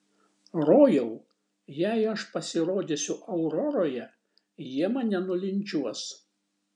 rojau jei aš pasirodysiu auroroje jie mane nulinčiuos